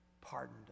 pardoned